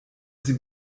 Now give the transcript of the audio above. sie